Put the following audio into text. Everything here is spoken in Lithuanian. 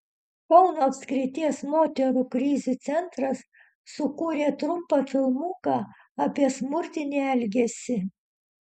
kauno apskrities moterų krizių centras sukūrė trumpą filmuką apie smurtinį elgesį